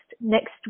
next